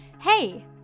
Hey